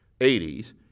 80s